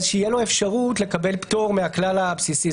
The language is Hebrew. אז שתהיה לו אפשרות לקבל פטור מהכלל הבסיסי.